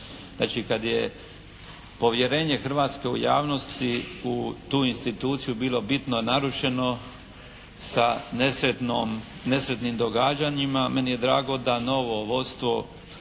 znači kad je povjerenje Hrvatske u javnosti u tu instituciju bilo bitno narušeno sa nesretnim događanjima. Meni je drago da novo vodstvo